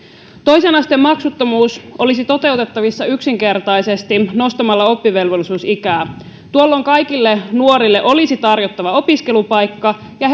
toisen asteen maksuttomuus olisi toteutettavissa yksinkertaisesti nostamalla oppivelvollisuusikää tuolloin kaikille nuorille olisi tarjottava opiskelupaikka ja